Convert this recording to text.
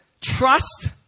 trust